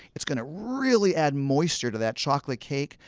it's going to really add moisture to that chocolate cake.